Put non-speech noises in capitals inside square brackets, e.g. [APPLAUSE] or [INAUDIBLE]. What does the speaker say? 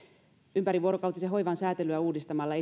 ympärivuorokautisen hoivan säätelyä uudistamalla [UNINTELLIGIBLE]